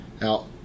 Now